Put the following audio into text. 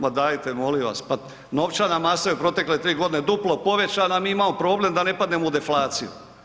Ma dajte molim vas, pa novčana masa je u protekle tri godine duplo povećana, a mi imamo problem da ne padnemo u deflaciju.